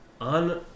On